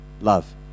love